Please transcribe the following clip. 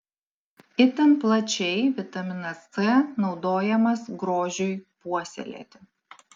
itin plačiai vitaminas c naudojamas grožiui puoselėti